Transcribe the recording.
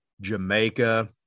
Jamaica